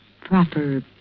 Proper